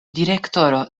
direktoro